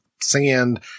sand